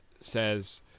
says